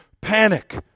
Panic